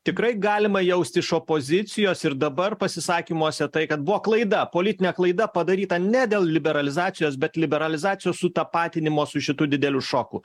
tikrai galima jausti iš opozicijos ir dabar pasisakymuose tai kad buvo klaida politinė klaida padaryta ne dėl liberalizacijos bet liberalizacijos sutapatinimo su šitu dideliu šoku